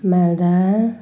Malda